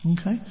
Okay